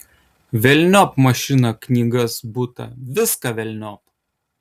velniop mašiną knygas butą viską velniop